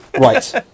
Right